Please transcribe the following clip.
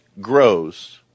grows